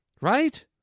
Right